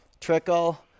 trickle